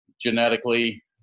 genetically